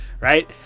right